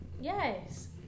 Yes